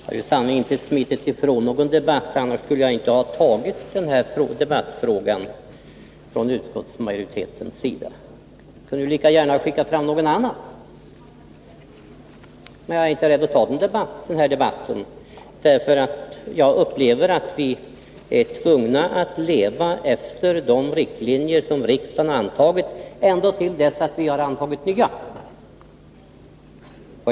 Herr talman! Jag har sannerligen inte smitit ifrån någon debatt. Om jag hade velat göra det, så hade jag inte åtagit mig att diskutera den här frågan å utskottsmajoritetens vägnar. Jag kunde i så fall lika gärna ha skickat fram någon annan. Men jag har inte varit rädd för att ta den här debatten. Jag anser nämligen att vi är tvungna att följa de riktlinjer som riksdagen har antagit ända tills vi antar nya.